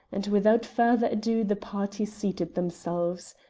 and without further ado the party seated themselves.